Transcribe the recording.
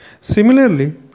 Similarly